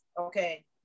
okay